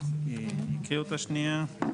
נקריא אותה שנייה.